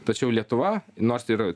tačiau lietuva nors ir